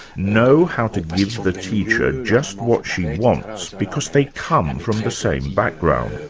know how to give the teacher just what she wants because they come from the same background.